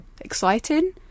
exciting